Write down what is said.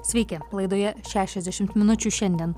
sveiki laidoje šešiasdešimt minučių šiandien